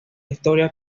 historia